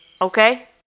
Okay